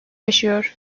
yaşıyor